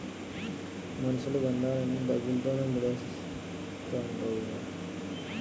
మనుషులు బంధాలన్నీ డబ్బుతోనే మూడేత్తండ్రయ్య